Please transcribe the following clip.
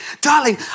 Darling